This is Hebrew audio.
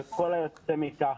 וכל היוצא מכך.